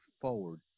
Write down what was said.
forward